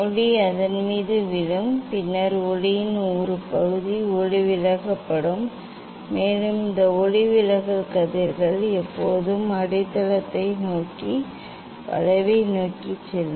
ஒளி அதன் மீது விழும் பின்னர் ஒளியின் ஒரு பகுதி ஒளிவிலகப்படும் மேலும் இந்த ஒளிவிலகல் கதிர்கள் எப்போதும் அடித்தளத்தை நோக்கி வளைவை நோக்கி செல்லும்